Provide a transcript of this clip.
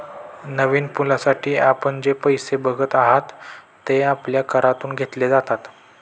नवीन पुलासाठी आपण जे पैसे बघत आहात, ते आपल्या करातून घेतले जातात